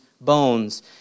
bones